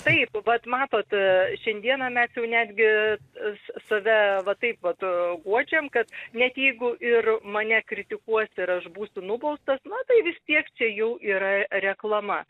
taip bet matot šiandieną mes jau netgi save va taip vat guodžiam kad net jeigu ir mane kritikuos ir aš būsiu nubaustas na tai vis tiek čia jau yra reklama